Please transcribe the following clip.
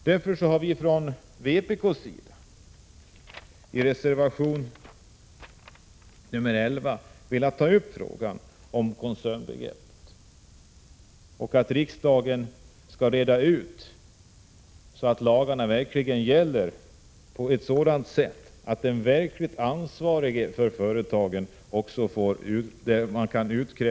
Vi har mot denna bakgrund från vpk:s sida i reservation 11 tagit upp koncernbegreppet och föreslagit att riksdagen skall fatta ett beslut som leder till att man kan utkräva sin rätt hos den verkligt ansvarige för företaget.